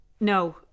No